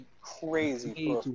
crazy